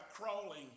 crawling